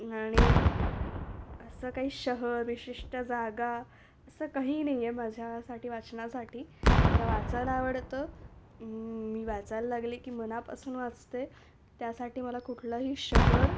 आणि असं काही शहर विशिष्ट जागा असं काही नाही आहे माझ्यासाठी वाचनासाठी मला वाचायला आवडतं मी वाचायला लागले की मनापासून वाचते त्यासाठी मला कुठलंही शहर